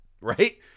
right